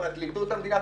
פרקליטת המדינה,